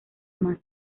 más